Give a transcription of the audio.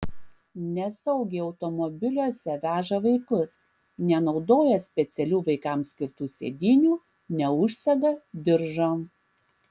nesaugiai automobiliuose veža vaikus nenaudoja specialių vaikams skirtų sėdynių neužsega diržo